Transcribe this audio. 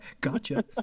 gotcha